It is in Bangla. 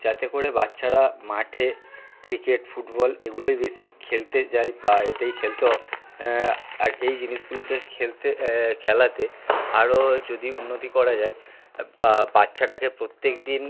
যাতে করে বাচ্চারা মাঠে ক্রিকেট ফুটবল এগুলোই বেশি খেলতে যায় বা এতেই খেলতে অ আর এই জিনিসগুলোকে খেলতে খেলাতে আরো যদি উন্নতি করা যায় বা বাচ্চাটাকে প্রত্যেকদিন